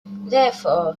therefore